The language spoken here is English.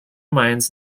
mines